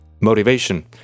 motivation